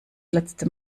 letzte